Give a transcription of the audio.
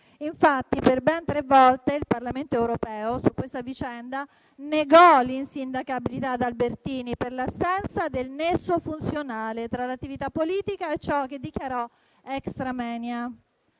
Infatti, per ben tre volte il Parlamento europeo su questa vicenda negò l'insindacabilità ad Albertini per l'assenza del nesso funzionale tra l'attività politica e ciò che dichiarò *extra moenia.*